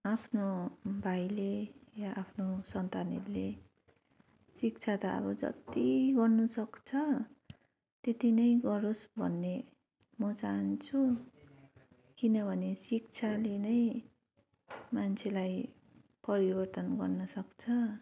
आफ्नो भाइले या आफ्नो सन्तानहरूले शिक्षा त अब जति गर्नुसक्छ त्यति नै गरोस् भन्ने म चाहन्छु किनभने शिक्षाले नै मान्छेलाई परिवर्तन गर्न सक्छ